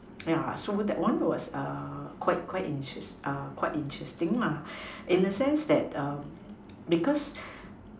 yeah so that one was quite quite interesting lah in a sense that because